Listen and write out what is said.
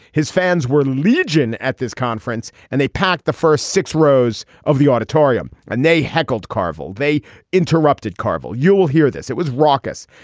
his fans were legion at this conference and they packed the first six rows of the auditorium and they heckled carville. they interrupted carville you will hear this it was raucous.